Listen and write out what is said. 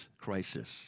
crisis